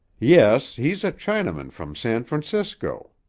yes, he's a chinaman from san francisco.